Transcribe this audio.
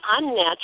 unnatural